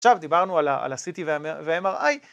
עכשיו דיברנו על הCT וMRI